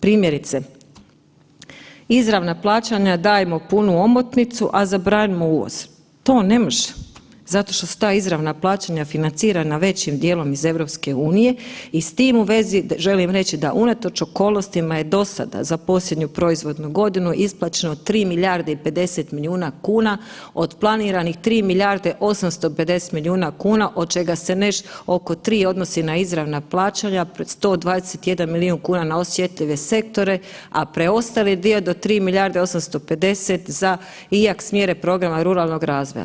Primjerice, izravna plaćanja dajemo punu omotnicu, a zabranimo uvoz, to ne može zato što su ta izravna plaćanja financirana većim dijelom iz EU i s tim u vezi želim reći da unatoč okolnostima je do sada za posljednju proizvodnu godinu isplaćeno 3 milijarde i 50 milijuna kuna od planiranih 3 milijarde 850 milijuna kuna od čega se nešto oko 3 odnosi na izravna plaćanja 121 milijun kuna na osjetljive sektore, a preostali dio do 3 milijarde 850 za IAKS mjere programa ruralnog razvoja.